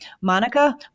Monica